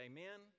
Amen